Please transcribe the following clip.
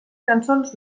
cançons